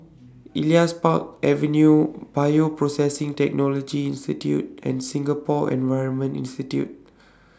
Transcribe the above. Elias Park Avenue Bioprocessing Technology Institute and Singapore Environment Institute